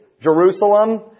Jerusalem